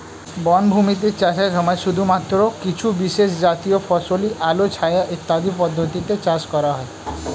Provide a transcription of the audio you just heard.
বনভূমিতে চাষের সময় শুধুমাত্র কিছু বিশেষজাতীয় ফসলই আলো ছায়া ইত্যাদি পদ্ধতিতে চাষ করা হয়